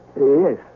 Yes